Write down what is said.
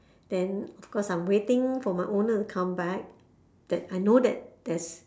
then of course I'm waiting for my owner to come back that I know that there's